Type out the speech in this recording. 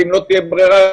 כי אני לא יודע מה יילד